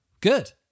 Good